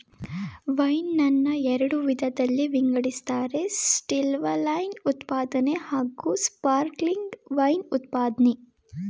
wine ನನ್ನ ಎರಡು ವಿಧದಲ್ಲಿ ವಿಂಗಡಿಸ್ತಾರೆ ಸ್ಟಿಲ್ವೈನ್ ಉತ್ಪಾದನೆ ಹಾಗೂಸ್ಪಾರ್ಕ್ಲಿಂಗ್ ವೈನ್ ಉತ್ಪಾದ್ನೆ